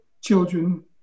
children